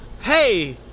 hey